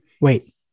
wait